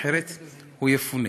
אחרת הוא יפונה.